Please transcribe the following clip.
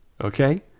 okay